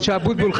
משה אבוטבול.